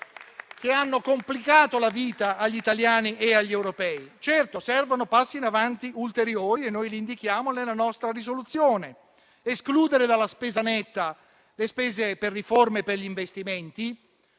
che hanno complicato la vita agli italiani e agli europei. Certamente servono passi in avanti ulteriori e noi li indichiamo nella nostra proposta di risoluzione: escludere dalla spesa netta le spese per le riforme e gli investimenti,